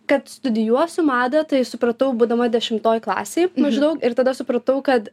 kad studijuosiu madą tai supratau būdama dešimtoj klasėj maždaug ir tada supratau kad